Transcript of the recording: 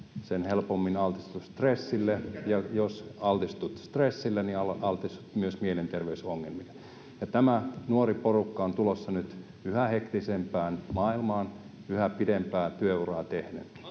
Lindén: Kovin synkkä näkymä!] ja jos altistut stressille, niin altistut myös mielenterveysongelmille. Tämä nuori porukka on tulossa nyt yhä hektisempään maailmaan yhä pitempää työuraa tehden,